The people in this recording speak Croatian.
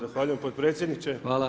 Zahvaljujem potpredsjedniče.